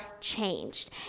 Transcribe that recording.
changed